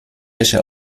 wäsche